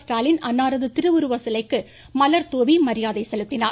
ஸ்டாலின் அன்னாரது திருவுருவ சிலைக்கு மலர்தூவி மரியாதை செலுத்தினார்